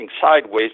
sideways